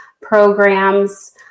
programs